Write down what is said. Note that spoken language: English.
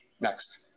next